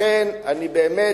לכן אני באמת